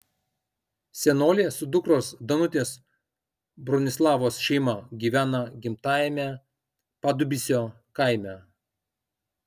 senolė su dukros danutės bronislavos šeima gyvena gimtajame padubysio kaime